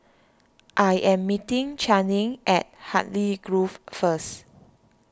I am meeting Channing at Hartley Grove first